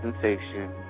sensation